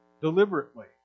Deliberately